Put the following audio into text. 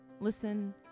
listen